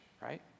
right